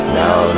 now